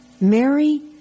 Mary